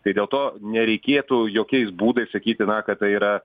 tai dėl to nereikėtų jokiais būdais sakyti na kad tai yra